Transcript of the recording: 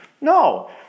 No